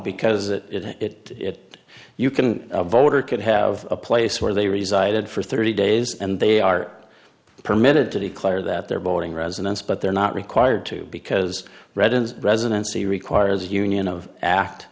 because it it you can a voter could have a place where they reside for thirty days and they are permitted to declare that their voting residence but they're not required to because red and residency requires union of act